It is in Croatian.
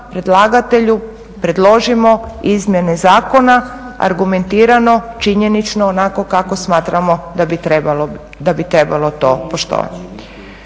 predlagatelju predložimo izmjene zakona argumentirano, činjenično onako kako smatramo da bi trebalo to poštovati.